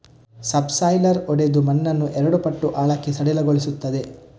subsoiler ಒಡೆದು ಮಣ್ಣನ್ನು ಎರಡು ಪಟ್ಟು ಆಳಕ್ಕೆ ಸಡಿಲಗೊಳಿಸುತ್ತದೆ